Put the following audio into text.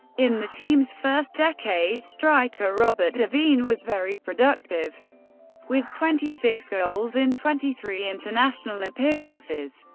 in the team's first decade, striker robert de veen was very productive with twenty six goals in twenty three international appearances.